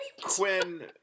Quinn